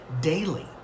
daily